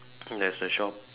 there's a shop